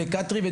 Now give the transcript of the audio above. אז